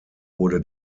wurde